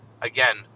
again